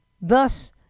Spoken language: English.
thus